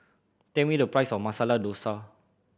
tell me the price of Masala Dosa